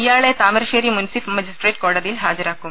ഇയാളെ താമരശ്ശേരി മുൻസിഫ് മജിസ്ട്രേറ്റ് കോടതിയിൽ ഹാജരാക്കും